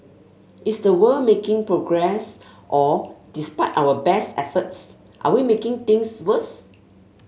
is the world making progress or despite our best efforts are we making things worse